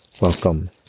welcome